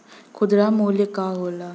खुदरा मूल्य का होला?